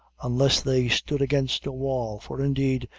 unless they stood against a wall for indeed,